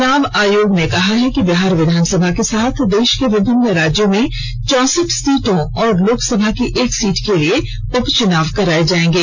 चुनाव आयोग ने कहा है कि बिहार विधानसभा के साथ देश के विभिन्न राज्यों में चौसठ सीटों और लोकसभा की एक सीट के लिए उपचुनाव कराए जाएंगे